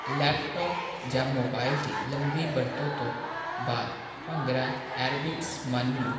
laptop ਜਾਂ mobile ਦੀ ਲੰਬੀ ਵਰਤੋਂ ਤੋਂ ਬਾਅਦ ਭੰਗਰਾ ਐਰੋਬਿਕਸ ਮਨ ਨੂੰ